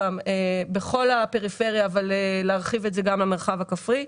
בכל הפריפריה אבל להרחיב את זה גם למרחב הכפרי.